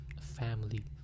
family